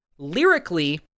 lyrically